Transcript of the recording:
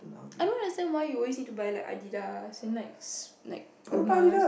I don't understand why you always need to buy like Adidas then like like Pumas